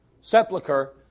sepulcher